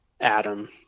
adam